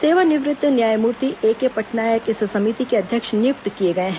सेवानिवृत्त न्यायमूर्ति एके पटनायक इस समिति के अध्यक्ष नियुक्त किए गए हैं